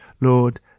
Lord